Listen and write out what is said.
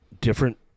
different